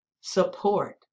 support